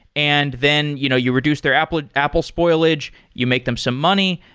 and then you know you reduce their apple apple spoilage. you make them some money,